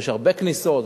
כי יש הרבה כניסות,